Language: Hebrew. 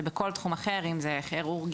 שבכל תחום אחר כירורגיה,